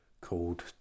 called